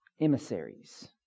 Emissaries